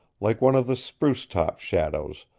like one of the spruce-top shadows,